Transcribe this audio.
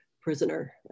prisoner